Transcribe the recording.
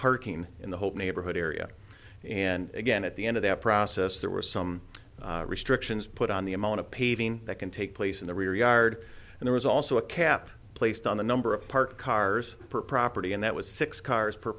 parking in the whole neighborhood area and again at the end of that process there were some restrictions put on the amount of paving that can take place in the rear yard and there was also a cap placed on the number of parked cars per property and that was six cars per